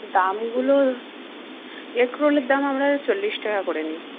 দামগুলো এগরোলের দাম আমরা চল্লিশ টাকা করে নিই